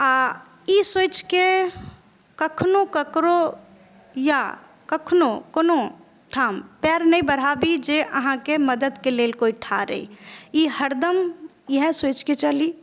आ ई सोचिके कखनहुँ केकरो या कखनहुँ कोनो ठाम पैर नहि बढ़ाबी जे अहाँके मददक लेल कोइ ठाढ़ अछि ई हरदम वैह सोचिक चली